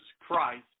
Christ